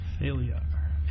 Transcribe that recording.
Failure